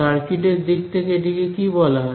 circuit এর দিক থেকে এটিকে কি বলা হয়